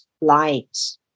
light